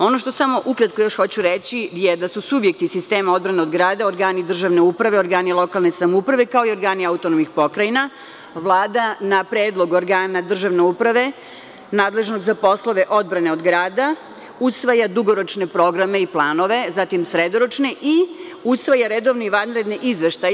Ono što samo još ukratko hoću reći je da su subjekti sistema odbrane od grada organi državne uprave, organi lokalne samouprave kao i organi autonomnih pokrajina, Vlada na predlog organa državne uprave nadležnog za poslove odbrane od grada usvaja dugoročne programe i planove, zatim sredoročne i usvaja redovni vanredni izveštaj.